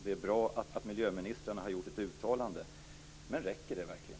Det är bra att miljöministrarna har gjort ett uttalande. Men räcker det verkligen?